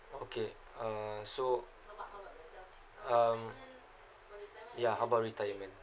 okay uh so um ya how about retirement